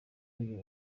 uyu